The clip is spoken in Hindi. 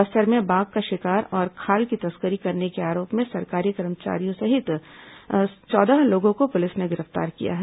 बस्तर में बाघ का शिकार और खाल की तस्करी करने के आरोप में सरकारी कर्मचारियों सहित चौदह लोगों को पुलिस ने गिरफ्तार किया है